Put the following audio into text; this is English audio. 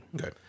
Okay